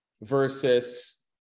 versus